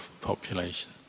population